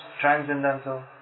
transcendental